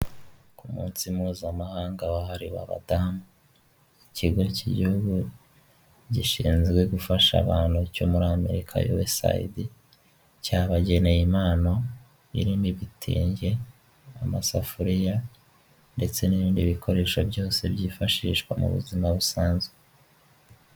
Ku munsi mpuzamahanga wahariwe abadamu, ikigo cy'igihugu gishinzwe gufasha abantu cyo muri Amerika uwesayidi, cyabageneye impano irimo ibitenge, amasafuriya ndetse n'ibindi bikoresho byose byifashishwa mu buzima busanzwe.